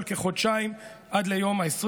הוראת השעה נקבעה לתקופה של כחודשיים עד ליום ה-29,